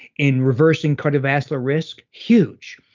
in reversing cardiovascular risk, huge.